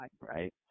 right